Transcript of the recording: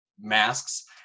masks